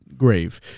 Grave